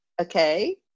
Okay